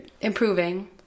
improving